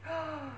!huh!